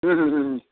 ಹ್ಞೂ ಹ್ಞೂ ಹ್ಞೂ